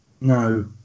No